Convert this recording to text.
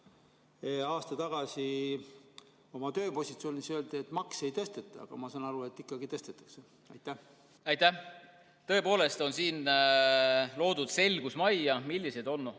aasta tagasi oma tööpositsioonile, siis öeldi, et makse ei tõsteta, aga nüüd ma saan aru, et ikkagi tõstetakse. Aitäh! Tõepoolest on siin loodud selgus majja, millised on